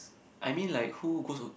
I mean like who goes to